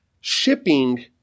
shipping